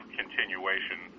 continuation